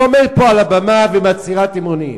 היא עומדת פה על הבמה ומצהירה אמונים.